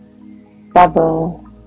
bubble